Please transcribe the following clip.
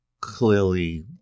clearly